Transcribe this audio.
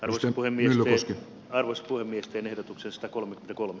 aluksen voimin suuresti arvostetuimiesten ehdotuksesta kolme kolme